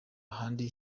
handi